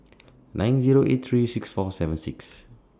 nine Zero eight three six four seven six